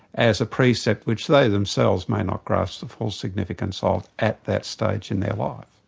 as a precept which they themselves may not grasp the full significance ah of at that stage in their life.